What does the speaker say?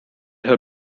her